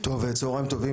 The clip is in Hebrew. צוהריים טובים,